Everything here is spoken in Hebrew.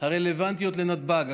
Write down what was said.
הרלוונטיות לנתב"ג,